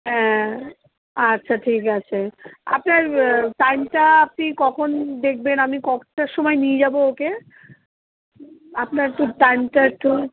হ্যাঁ আচ্ছা ঠিক আছে আপনার টাইমটা আপনি কখন দেখবেন আমি কটার সময় নিয়ে যাব ওকে আপনার একটু টাইমটা একটু